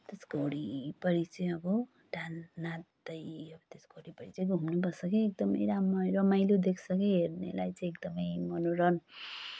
त्यसको वरिपरि चाहिँ अब डान नाच्दै अब त्यसको वरिपरि चाहिँ घुम्नु पर्छ कि एकदमै राम्रो रमाइलो देख्छ के हेर्नेलाई चाहिँ एकदमै मनोरम